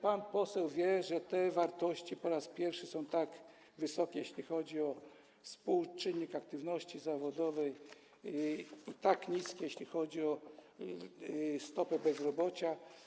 Pan poseł wie, że te wartości po raz pierwszy są tak wysokie, jeśli chodzi o współczynnik aktywności zawodowej, i tak niskie, jeśli chodzi o stopę bezrobocia.